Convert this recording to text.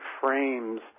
frames